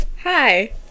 Hi